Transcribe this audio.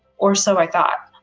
or so i thought.